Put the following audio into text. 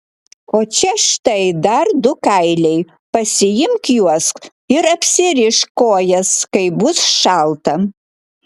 o čia štai dar du kailiai pasiimk juos ir apsirišk kojas kai bus šalta